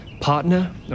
Partner